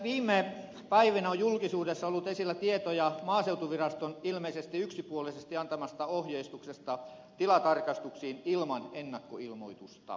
viime päivinä on julkisuudessa ollut esillä tietoja maaseutuviraston ilmeisesti yksipuolisesti antamasta ohjeistuksesta tilatarkastuksiin ilman ennakkoilmoitusta